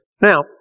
Now